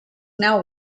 now